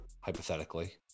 hypothetically